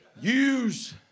Use